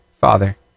Father